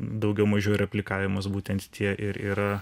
daugiau mažiau replikavimas būtent tie ir yra